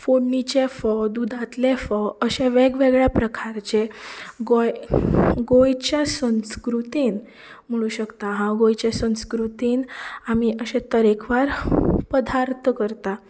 फोडणीचे फोव दुदांतले फोव अशे वेग वेगळ्या प्रकाराचे गोंय गोंयच्या संस्कृतेंत म्हणूं शकता हांव गोंयच्या संस्कृतेंत आमी अशे तरेकवार पदार्थ करता